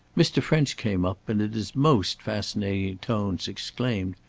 mr. french came up and, in his most fascinating tones, exclaimed,